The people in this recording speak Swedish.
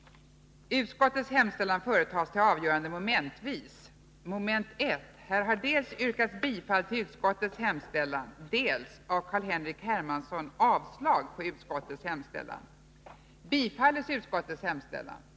innan s.k. pilotfall har avgjorts